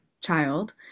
child